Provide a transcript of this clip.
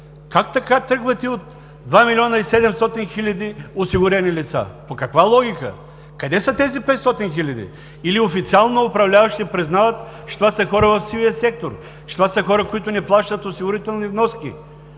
Как така тръгвате от 2 милиона 700 хиляди осигурени лица? По каква логика? Къде са тези 500 хиляди?! Или официално управляващите признават, че това са хора в сивия сектор, че това са хора, които не плащат осигурителни вноски?